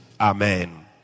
Amen